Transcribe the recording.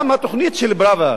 גם התוכנית של פראוור